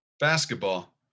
Basketball